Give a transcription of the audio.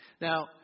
Now